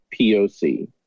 POC